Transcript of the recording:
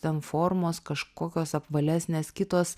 ten formos kažkokios apvalesnės kitos